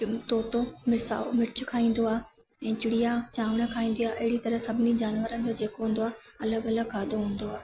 तोतो साओ मिर्चु खाईंदो आहे ऐं चिड़िया चांवरु खाईंदी आहे अहिड़ी तरह सभिनी जानवरनि जो जेको हूंदो आहे अलॻि अलॻि खाधो हूंदो आहे